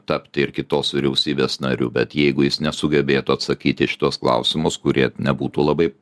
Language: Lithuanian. tapti ir kitos vyriausybės nariu bet jeigu jis nesugebėtų atsakyti į šituos klausimus kurie nebūtų labai